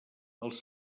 els